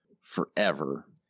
forever